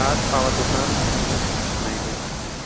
اَدٕ اَوا دُکانَس پٮ۪ٹھ یِیوٗ تُہۍ نَیہِ بَجہٕ پٮ۪ٹھٕ کیٚنٛہہ چھُنہٕ